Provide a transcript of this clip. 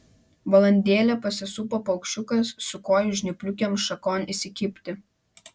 valandėlę pasisupo paukščiukas su kojų žnypliukėm šakon įsikibti